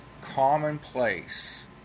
commonplace